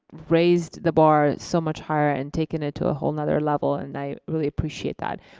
raised the bar so much higher and taken it to a whole nother level and i really appreciate that.